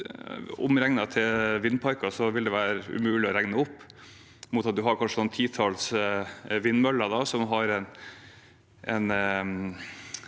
Omregnet til vindparker vil dette være umulig å måle opp mot at man kanskje har noen titalls vindmøller som har et